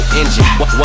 engine